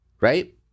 Right